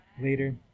later